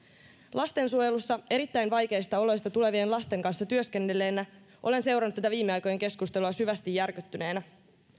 lastensuojelussa erittäin vaikeista oloista tulevien lasten kanssa työskennelleenä olen seurannut tätä viime aikojen keskustelua syvästi järkyttyneenä